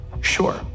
Sure